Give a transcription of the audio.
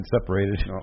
separated